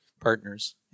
partners